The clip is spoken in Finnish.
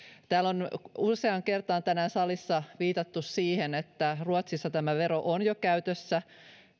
täällä salissa on useaan kertaan tänään viitattu siihen että ruotsissa tämä vero on jo käytössä